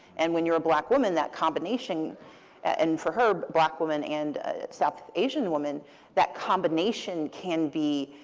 and when you're a black woman, that combination and for her, black woman and south asian woman that combination can be